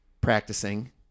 practicing